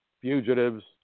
fugitives